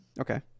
okay